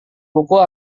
buku